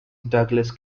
douglas